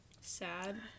sad